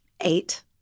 Eight